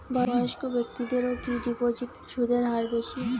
বয়স্ক ব্যেক্তিদের কি ডিপোজিটে সুদের হার বেশি?